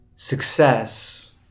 success